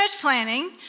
planning